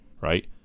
right